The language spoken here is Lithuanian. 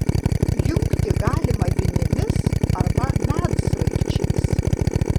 jungti galima vinimis arba medsraigčiais